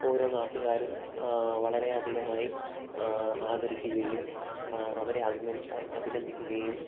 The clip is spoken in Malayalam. ഓരോ നാട്ടുകാരും വളരെ അധികമായി ആദരിക്കുകയും അവരെ അഭിനന്ദിക്കുകയും